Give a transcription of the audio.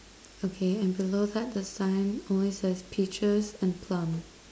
okay and below that the sign only says peaches and plum